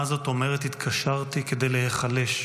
מה זאת אומרת "התקשרתי כדי להיחלש"?